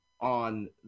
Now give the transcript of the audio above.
on